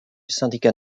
syndicat